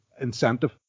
incentive